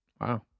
Wow